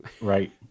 right